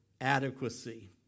adequacy